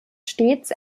stets